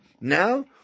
now